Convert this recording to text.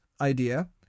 idea